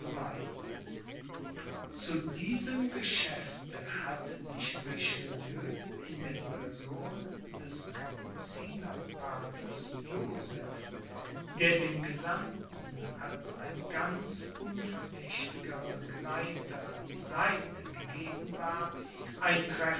zu diesem geschäfte hatte sich richelieu in der person des capuciner paters joseph der dem gesandten als ein ganz unverdächtiger begleiter an die seite gegeben war ein